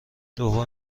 دوم